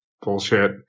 bullshit